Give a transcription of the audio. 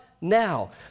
now